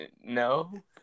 no